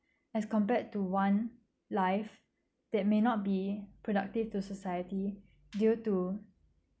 as compared to one life that may not be productive to society due to